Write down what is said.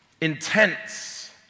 intense